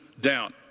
down